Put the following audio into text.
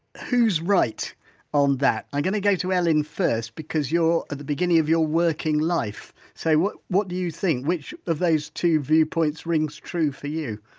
who's right on that? i'm gonna go to ellen first, because you're at the beginning of your working life. so what, what do you think, which of those two viewpoints rings true for you?